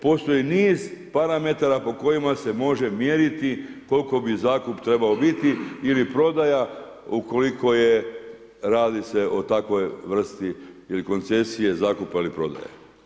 Postoji niz parametara po kojima se može mjeriti koliko bi zakup trebao biti ili prodaja ukoliko je, radi se o takvoj vrsti ili koncesije, zakupa ili prodaje.